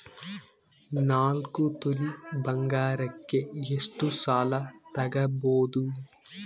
ನಾಲ್ಕು ತೊಲಿ ಬಂಗಾರಕ್ಕೆ ಎಷ್ಟು ಸಾಲ ತಗಬೋದು?